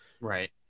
Right